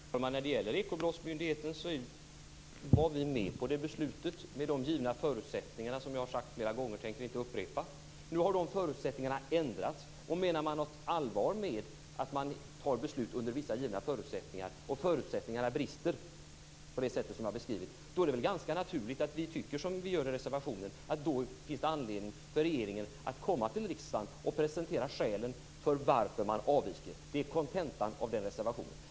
Herr talman! När det gäller Ekobrottsmyndigheten var vi med på det beslutet, med de givna förutsättningarna. Jag har sagt det flera gånger, och jag tänker inte upprepa det. Nu har de förutsättningarna ändrats. Om man menar allvar med att man fattar beslut under vissa givna förutsättningar och förutsättningarna brister, på det sätt som jag har beskrivit, är det ganska naturligt att vi tycker som vi gör i reservationen, att det finns anledning för regeringen att komma till riksdagen och presentera skälen för att man avviker. Det är kontentan av den reservationen.